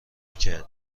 میکردی